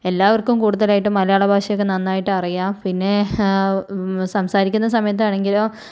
എല്ലാവർക്കും കൂടുതലായിട്ട് മലയാള ഭാഷയൊക്കെ നന്നായിട്ട് അറിയാം പിന്നെ സംസാരിക്കുന്ന സമയത്താണെങ്കിലും